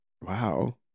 Wow